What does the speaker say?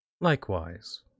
Likewise